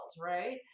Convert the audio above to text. right